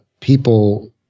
people